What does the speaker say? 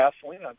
gasoline